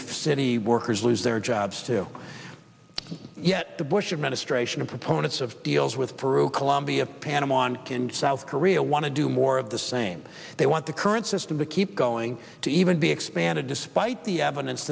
if city workers lose their jobs too yet the bush administration proponents of deals with peru colombia panama and south korea want to do more of the same they want the current system to keep going to even be expanded despite the evidence